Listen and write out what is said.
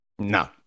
No